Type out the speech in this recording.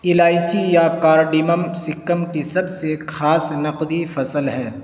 الائچی یا کارڈمم سکم کی سب سے خاص نقدی فصل ہے